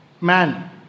Man